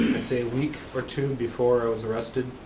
say a week or two before i was arrested,